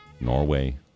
Norway